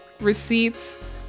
receipts